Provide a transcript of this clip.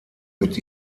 mit